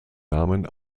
namen